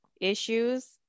issues